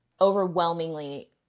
overwhelmingly